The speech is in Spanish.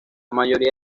mayoría